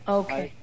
okay